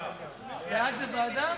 בעד זה ועדה?